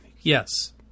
Yes